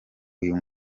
uyu